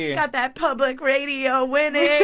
you got that public radio winnings